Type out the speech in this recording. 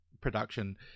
production